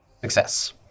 Success